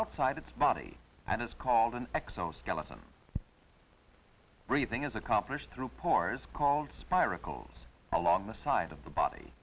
outside its body and is called an exoskeleton breathing is accomplished through pores called spy rickles along the side of the body